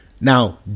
Now